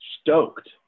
stoked